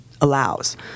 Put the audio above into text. allows